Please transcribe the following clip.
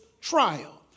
trial